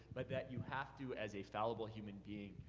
but that you have to as a fallible human being,